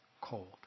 cold